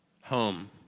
home